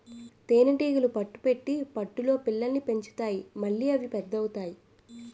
తేనీగలు పట్టు పెట్టి పట్టులో పిల్లల్ని పెంచుతాయి మళ్లీ అవి పెద్ద అవుతాయి